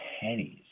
pennies